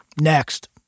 next